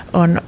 on